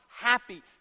Happy